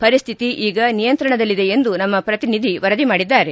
ಪರಿಸ್ತಿತಿ ಈಗ ನಿಯಂತ್ರಣದಲ್ಲಿದೆ ಎಂದು ನಮ್ನ ಪ್ರತಿನಿಧಿ ವರದಿ ಮಾಡಿದ್ದಾರೆ